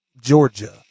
Georgia